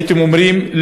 הייתם אומרים,